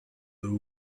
blue